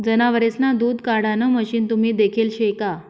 जनावरेसना दूध काढाण मशीन तुम्ही देखेल शे का?